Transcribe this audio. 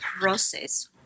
process